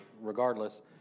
regardless